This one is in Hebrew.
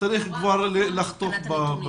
צריך כבר לחתוך בנושא.